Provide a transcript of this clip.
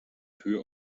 tür